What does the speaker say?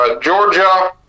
Georgia